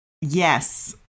Yes